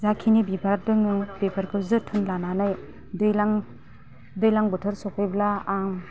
जाखिनि बिबार दङ बेफोरखौ जोथोन लानानै दैलां दैलां बोथोर सफैब्ला आं